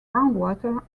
groundwater